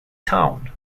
town